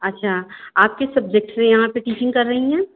अच्छा आप किस सब्जेक्ट से यहाँ पर टीचिंग कर रही हैं